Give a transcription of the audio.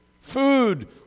Food